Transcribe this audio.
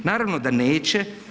Naravno da neće.